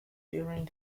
during